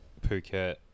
phuket